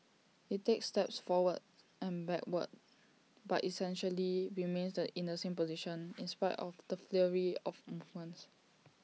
IT takes steps forward and backward but essentially remains in the same position in spite of the flurry of movements